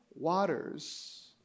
waters